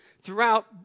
throughout